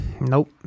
Nope